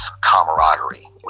camaraderie